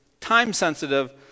time-sensitive